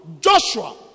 Joshua